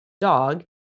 dog